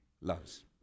Loves